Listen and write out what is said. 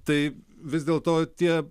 tai vis dėl to tie